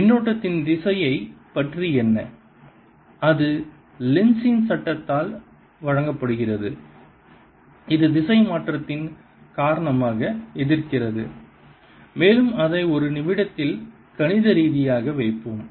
மின்னோட்டத்தின் திசையைப் பற்றி என்ன அது லென்ஸின் Lenzs சட்டத்தால் வழங்கப்படுகிறது இது திசை மாற்றத்தின் காரணமாக எதிர்க்கிறது மேலும் அதை ஒரு நிமிடத்தில் கணித ரீதியாக வைப்போம்